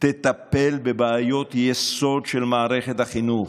תטפל בבעיות יסוד של מערכת החינוך.